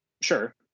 Sure